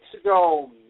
ago